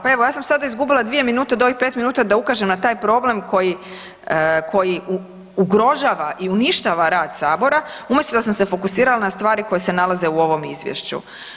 Pa evo, ja sam sad izgubila 2 min do ovih 5 min da ukažem na taj problem koji ugrožava i uništava rad Sabora umjesto da sam se fokusirala na stvari koje se nalaze u ovom izvješću.